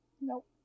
Nope